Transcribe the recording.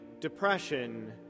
depression